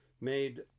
made